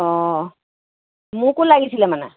অঁ মোকো লাগিছিলে মানে